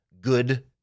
good